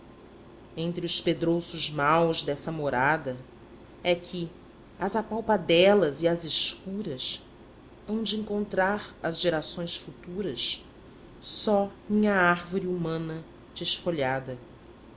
entre os pedrouços maus dessa morada é que às apalpadelas e às escuras hão de encontrar as gerações futuras só minha árvore humana desfolhada